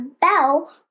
bell